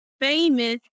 famous